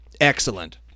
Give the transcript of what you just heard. Excellent